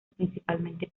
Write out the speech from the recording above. principalmente